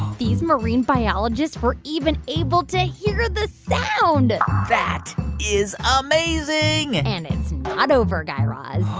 these marine biologists were even able to hear the sound that is amazing and it's not over, guy raz.